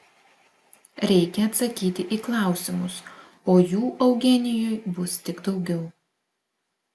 reikia atsakyti į klausimus o jų eugenijui bus tik daugiau